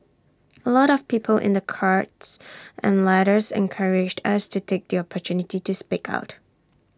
A lot of people in their cards and letters encouraged us to take the opportunity to speak out